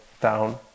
down